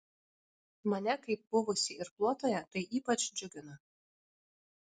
mane kaip buvusį irkluotoją tai ypač džiugina